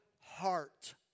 heart